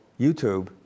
YouTube